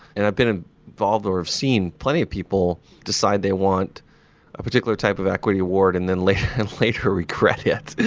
and i've been ah involved or have seen plenty of people decide they want a particular type of equity award and then later and later regret it.